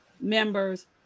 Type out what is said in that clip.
members